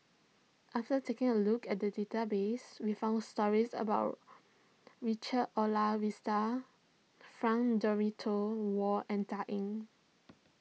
after taking a look at the database we found stories about Richard Olaf Winstedt Frank Dorrington Ward and Dan Ying